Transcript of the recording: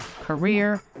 career